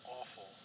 awful